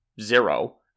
zero